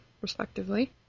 respectively